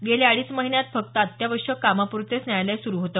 गेल्या अडीच महिन्यात फक्त अत्यावश्यक कामाप्रतेच न्यायालय सुरू होते